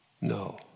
No